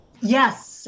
Yes